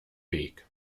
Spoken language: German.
weg